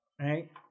Right